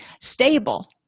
Stable